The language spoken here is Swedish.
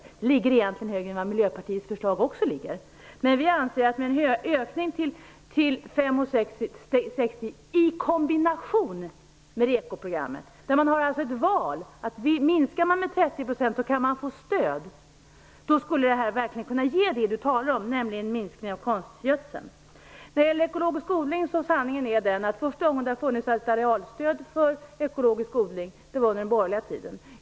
Den skulle egentligen också behöva ligga högre än i Miljöpartiets förslag. Men vi anser att en ökning till 5:60 kr i kombination med ekoprogrammen - man har där ett val, minskar man användningen med 30 % kan man få stöd - verkligen skulle kunna ge det Inge Carlsson talar om, nämligen en minskning av konstgödselanvändningen. När det gäller ekologisk odling är sanningen den att det var under den borgerliga tiden som det första gången funnits ett arealstöd för ekologisk odling.